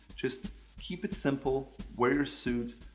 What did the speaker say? just keep it simple, wear suit,